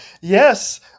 yes